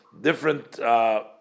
different